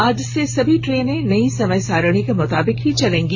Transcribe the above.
आज से सभी ट्रेनें नई समय सारिणी के मुताबिक ही चलेंगी